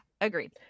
agreed